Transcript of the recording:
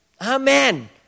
Amen